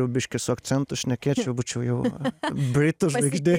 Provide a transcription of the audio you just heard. jau biškį su akcentu šnekėčiau būčiau jau britų žvaigždė